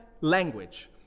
language